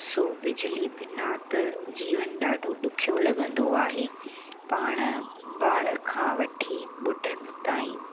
सो बिजली बिना त जीवन ॾाढो ॾुखियो लॻंदो आहे पाण ॿार खां वठी ॿुढनि ताईं